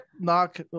knock